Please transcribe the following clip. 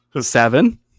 Seven